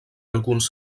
alguns